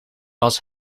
was